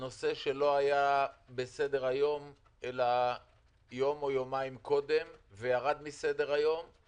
נושא שלא היה בסדר היום אלא יום או יומיים קודם וירד מסדר היום אבל